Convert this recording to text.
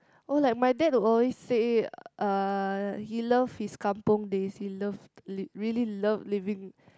oh like my dad would always say uh he love his kampung days he loved liv~ really love living